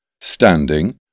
standing